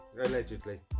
Allegedly